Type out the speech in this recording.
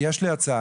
יש לי הצעה,